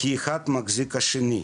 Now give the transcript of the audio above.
כי אחד מחזיק את השני.